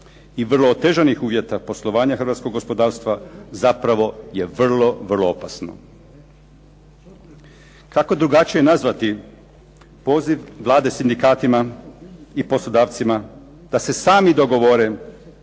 i vrlo otežanih uvjeta poslovanja hrvatskog gospodarstva zapravo je vrlo, vrlo opasno. Kako drugačije nazvati poziv Vlade sindikatima i poslodavcima da se sami dogovore,